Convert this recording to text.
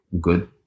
Good